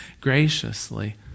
graciously